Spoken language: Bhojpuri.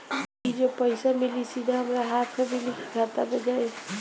ई जो पइसा मिली सीधा हमरा हाथ में मिली कि खाता में जाई?